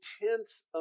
intense